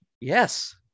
yes